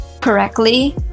correctly